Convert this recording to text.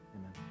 amen